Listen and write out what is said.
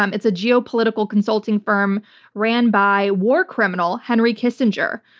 um it's a geopolitical consulting firm run by war criminal, henry kissinger.